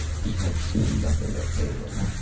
he had seen nothing of balin.